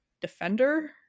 defender